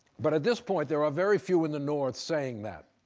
but at this point, there are very few in the north saying that.